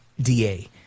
DA